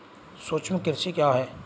सूक्ष्म कृषि क्या है?